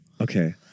Okay